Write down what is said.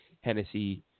Hennessy